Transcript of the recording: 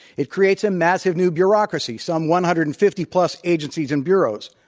it creates a massive new bureaucracy, some one hundred and fifty plus agencies and bureaus.